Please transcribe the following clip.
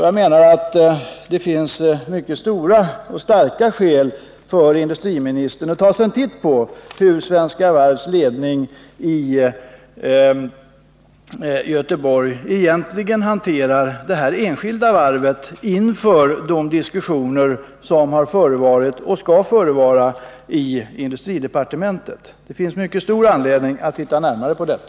Jag menar att det finns mycket starka skäl för industriministern att ta sig en titt på hur Svenska Varvs ledning i Göteborg egentligen hanterar det här enskilda varvet efter de diskussioner som förevarit och de diskussioner som skall äga rum i industridepartementet. Det finns mycket stor anledning att se närmare på detta.